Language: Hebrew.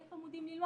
1,000 עמודים ללמוד,